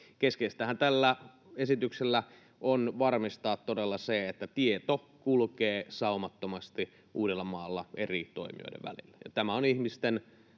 Keskeistähän tällä esityksellä on todella varmistaa se, että tieto kulkee saumattomasti Uudellamaalla eri toimijoiden välillä. Tämä on ihmisten